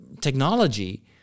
technology